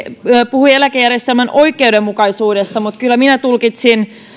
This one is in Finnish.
puhui eläkejärjestelmän oikeudenmukaisuudesta mutta kyllä minä tulkitsin